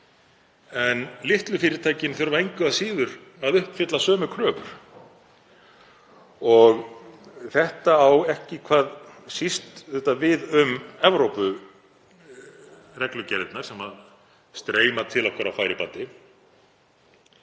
en litlu fyrirtækin þurfa engu að síður að uppfylla sömu kröfur. Þetta á ekki hvað síst við um Evrópureglugerðirnar sem streyma til okkar á færibandi.